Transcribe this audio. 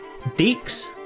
Deeks